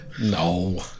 No